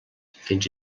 fins